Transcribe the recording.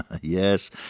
Yes